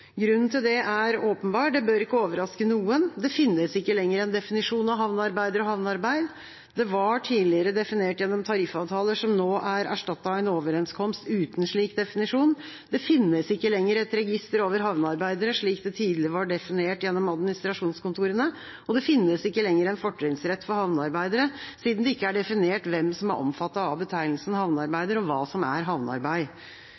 Grunnen til det er åpenbar, den bør ikke overraske noen: Det finnes ikke lenger noen definisjon av «havnearbeider» og «havnearbeid». Det var tidligere definert gjennom tariffavtaler, som nå er erstattet av en overenskomst uten slike definisjoner. Det finnes ikke lenger et register over havnearbeidere, slik det tidligere var definert gjennom administrasjonskontorene. Det finnes ikke lenger en fortrinnsrett for havnearbeidere, siden det ikke er definert hvem som er omfattet av betegnelsen